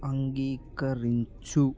అంగీకరించు